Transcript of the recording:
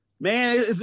Man